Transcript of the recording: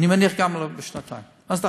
ואני מניח שגם לא בעוד שנתיים, אז די,